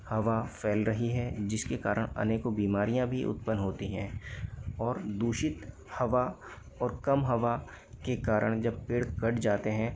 हवा फैल रही है जिसके कारण अनेकों बीमारियाँ भी उत्पन होती हैं और दूषित हवा और कम हवा के कारण जब पेड़ कट जाते हैं